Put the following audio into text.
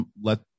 let